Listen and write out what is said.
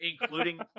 Including